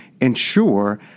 ensure